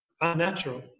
unnatural